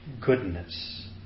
goodness